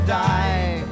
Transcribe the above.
die